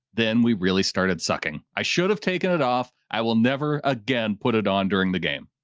then we really started sucking. i should've taken it off. i will never again, put it on during the game.